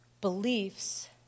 beliefs